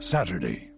Saturday